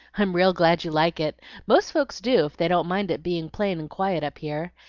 i'm real glad you like it most folks do, if they don't mind it being plain and quiet up here.